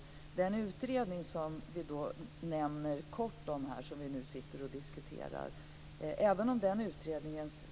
När det gäller den utredning som det nämns kort om här och som nu diskuteras kan jag säga följande.